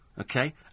okay